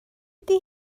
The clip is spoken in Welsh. ydy